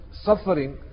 suffering